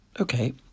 Okay